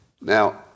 Now